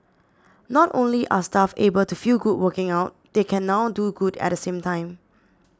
not only are staff able to feel good working out they can now do good at the same time